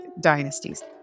dynasties